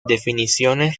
definiciones